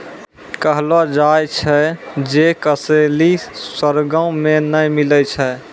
कहलो जाय छै जे कसैली स्वर्गो मे नै मिलै छै